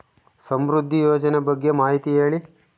ಸಮೃದ್ಧಿ ಯೋಜನೆ ಬಗ್ಗೆ ಮಾಹಿತಿ ಹೇಳಿ?